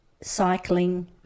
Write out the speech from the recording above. cycling